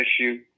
issue